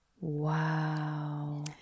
Wow